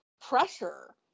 pressure